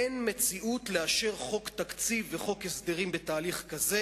אין מציאות לאשר חוק תקציב וחוק הסדרים בתהליך כזה.